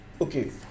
okay